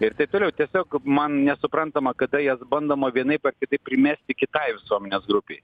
ir taip toliau tiesiog man nesuprantama kada jas bandoma vienaip ar kitaip primesti kitai visuomenės grupei